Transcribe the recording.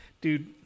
dude